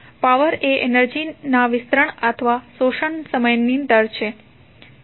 power એ એનર્જીના વિસ્તરણ અથવા શોષણનો સમય દર છે